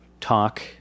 talk